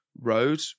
road